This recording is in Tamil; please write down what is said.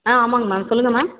ஆ ஆமாங்க மேம் சொல்லுங்கள் மேம்